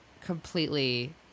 completely